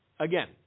Again